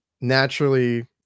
naturally